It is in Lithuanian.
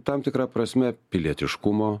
tam tikra prasme pilietiškumo